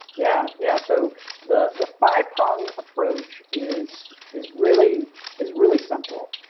yeah, yeah. so the, the five prong approach is is really is really simple.